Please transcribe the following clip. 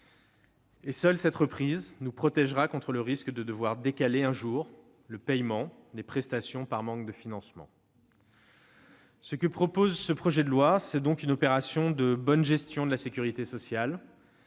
et seule cette reprise nous protégera contre le risque de devoir décaler un jour le paiement des prestations, faute de financement. Avec ce projet de loi, nous proposons donc une opération de bonne gestion de la sécurité sociale